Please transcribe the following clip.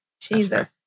jesus